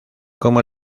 como